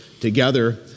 together